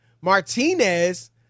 Martinez